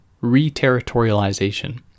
re-territorialization